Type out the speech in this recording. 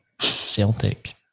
Celtic